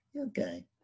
Okay